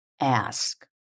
ask